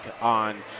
on